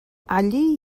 allí